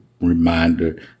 reminder